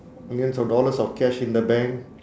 millions of dollars of cash in the bank